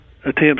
attempts